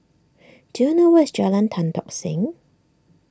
do you know where is Jalan Tan Tock Seng